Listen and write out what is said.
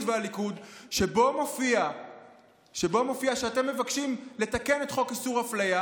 והליכוד שבו מופיע שאתם מבקשים לתקן את חוק איסור הפליה,